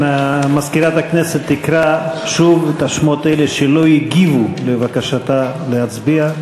מזכירת הכנסת תקרא שוב את שמות אלה שלא הגיבו על בקשתה להצביע,